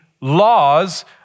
laws